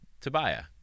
Tobiah